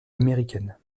américaine